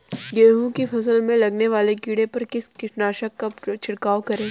गेहूँ की फसल में लगने वाले कीड़े पर किस कीटनाशक का छिड़काव करें?